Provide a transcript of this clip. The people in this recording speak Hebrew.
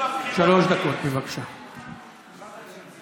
בסעיף 15, הפקפקים בתאי המעצר, זה מעוגן?